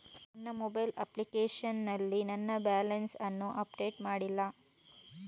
ನನ್ನ mobile application ನಲ್ಲಿ ನನ್ನ ಬ್ಯಾಲೆನ್ಸ್ ಅನ್ನು ಅಪ್ಡೇಟ್ ಮಾಡ್ಲಿಲ್ಲ